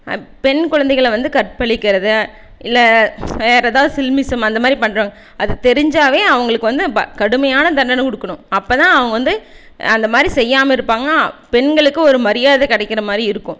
பெண் குழந்தைங்கள வந்து கற்பழிக்குறதை இல்லை வேறு எதாவது சில்மிஷம் அந்த மாரி பண்ணுறவங்க அது தெரிஞ்சாவே அவங்களுக்கு வந்து கடுமையான தண்டனை கொடுக்கனு அப்போ தான் அவங்க வந்து அந்த மாரி செய்யாமல் இருப்பாங்க பெண்களுக்கு ஒரு மரியாதை கிடைக்குறமாரியு இருக்கும்